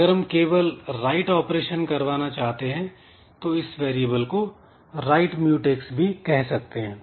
अगर हम केवल राइट ऑपरेशन करवाना चाहते हैं तो इस वेरिएबल को राइट म्यूटैक्स भी कह सकते हैं